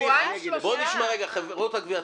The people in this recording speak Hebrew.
חברות הגבייה,